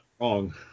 wrong